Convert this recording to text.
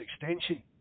extension